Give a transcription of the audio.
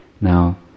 Now